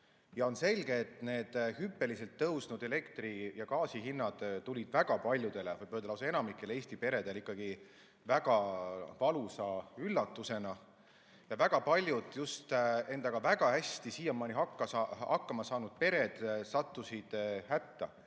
On selge, et hüppeliselt tõusnud elektri ja gaasi hind tuli väga paljudele, võib öelda, et lausa enamikule Eesti peredele ikkagi väga valusa üllatusena. Väga paljud just endaga siiamaani väga hästi hakkama saanud pered sattusid hätta.